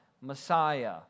Messiah